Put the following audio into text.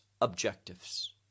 objectives